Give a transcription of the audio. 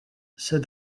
said